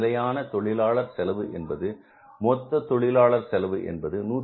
நிலையான தொழிலாளர் செலவு என்பது மொத்த தொழிலாளர் செலவு என்பது 120